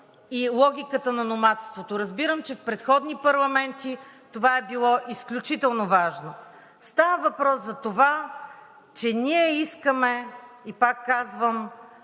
е логиката на номадството. Разбирам, че в предходни парламенти това е било изключително важно. Става въпрос за това, че ние искаме и пак казвам: